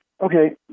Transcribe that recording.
Okay